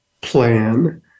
Plan